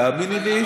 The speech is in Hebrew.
תאמיני לי,